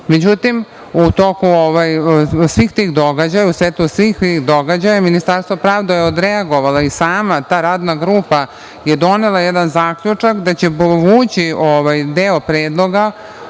u toku svih tih događaja, u svetlu svih tih događaja, Ministarstvo pravde je odreagovalo i sama ta Radna grupa je donela jedan zaključak da će povući deo predloga